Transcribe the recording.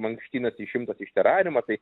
mankštinasi išimtas iš terariumo tai